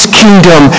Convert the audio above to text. kingdom